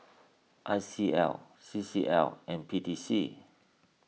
I C L C C L and P T C